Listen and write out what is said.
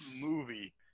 movie